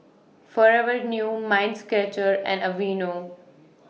Forever New Mind Stretcher and Aveeno